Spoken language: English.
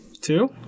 two